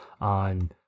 on